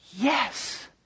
yes